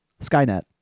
Skynet